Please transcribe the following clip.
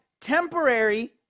temporary